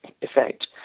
effect